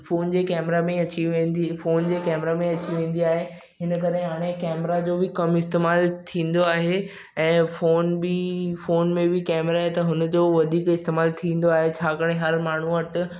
phone जे camera में अची वेंदी फोन जे कॅमरा में अची वेंदी आहे इनकरे हाणे कॅमरा जो बि कम इस्तेमालु थींदो आहे ऐं फोन बि फोन में बि कॅमरा आहे त उनजो बि वधीक इस्तेमालु थींदो आहे छाकरे हर माण्हूअ वटि